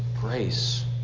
grace